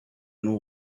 and